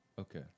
Okay